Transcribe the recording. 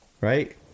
right